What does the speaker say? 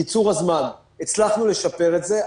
קיצור הזמן הצלחנו לשפר את זה,